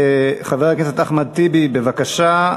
חבר הכנסת אחמד טיבי, בבקשה.